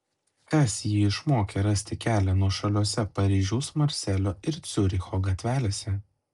kas jį išmokė rasti kelią nuošaliose paryžiaus marselio ir ciuricho gatvelėse